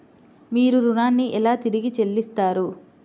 మీరు ఋణాన్ని ఎలా తిరిగి చెల్లిస్తారు?